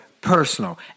personal